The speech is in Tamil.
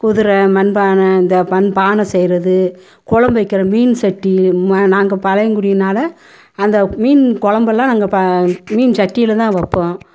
குதிரை மண்பானை இந்த மண்பானை செய்கிறது குலம்பு வைக்கின்ற மீன் சட்டி நாங்கள் பழங்குடினால அந்த மீன் குலம்ப எல்லாம் நாங்கள் பா மீன் சட்டியில் தான் வைப்போம்